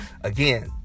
again